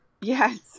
Yes